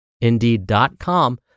Indeed.com